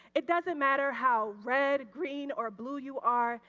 it doesn't matter how red, green or blue you are.